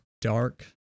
dark